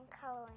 coloring